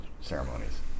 ceremonies